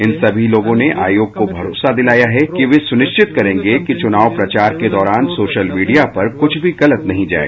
इन सभी लोगों ने आयोग को भरोसा दिलाया है कि वे सुनिश्चित करेंगे कि चुनाव प्रचार के दौरान सोशल मीडिया पर कुछ भी गलत नहीं जाये